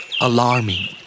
Alarming